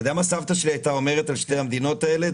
אתה יודע מה סבתא שלי הייתה אומרת על שתי המדינות האלה?